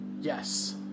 yes